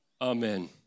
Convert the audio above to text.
Amen